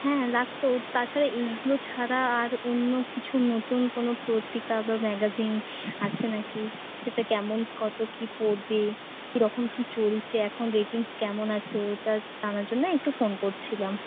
হ্যাঁ লাগতো তাছাড়া এইগুলো ছাড়া আর অন্য কিছু নতুন কোনো পত্রিকা বা ম্যাগাজিন আছে না কি সেটা কেমন কতো কী পড়বে কী রকম কী চলছে এখন রেটিংস কেমন আছে ওটা জানার জন্যই একটু ফোন করছিলাম